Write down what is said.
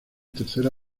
tercera